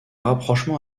rapprochement